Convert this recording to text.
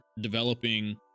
developing